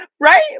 Right